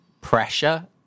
pressure